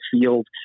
field